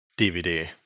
DVD